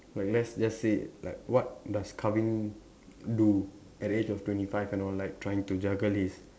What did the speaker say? like let's just say like what does Kavin do at the age of twenty five and all like trying to juggle his